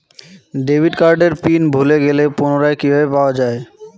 Debit কার্ডের PIN ভুলে গেলে পুনরায় কিভাবে পাওয়া য়ায়?